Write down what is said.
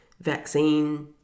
vaccine